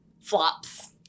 flops